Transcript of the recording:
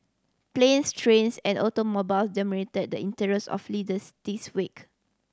planes trains and automobile dominated the interest of readers this week